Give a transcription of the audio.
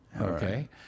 Okay